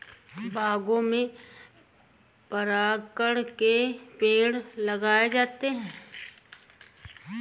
बागों में परागकण के पेड़ लगाए जाते हैं